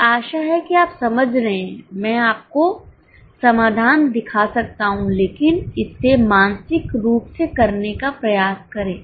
मुझे आशा है कि आप समझ रहे हैं मैं आपको समाधान दिखा सकता हूं लेकिन इसे मानसिक रूप से करने का प्रयास करें